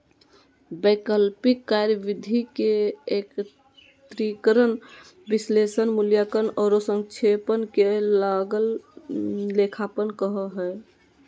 वैकल्पिक कार्यविधि के एकत्रीकरण, विश्लेषण, मूल्यांकन औरो संक्षेपण के लागत लेखांकन कहो हइ